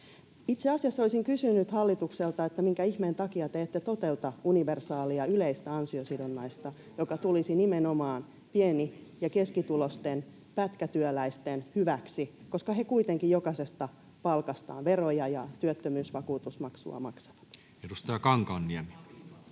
Itse asiassa olisin kysynyt hallitukselta, minkä ihmeen takia te ette toteuta universaalia yleistä ansiosidonnaista, joka tulisi nimenomaan pieni- ja keskituloisten pätkätyöläisten hyväksi, koska he kuitenkin jokaisesta palkastaan veroja ja työttömyysvakuutusmaksua maksavat. [Speech